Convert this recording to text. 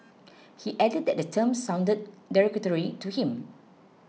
he added that the term sounded derogatory to him